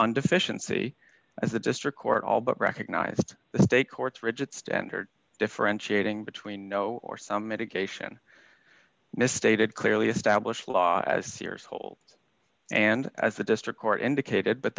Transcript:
and deficiency as the district court all but recognized the state courts rigid standard differentiating between no or some medication misstated clearly established law as sears hold and as the district court indicated but